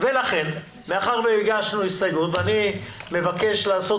מאחר שהגשנו הסתייגות ואני מבקש לעשות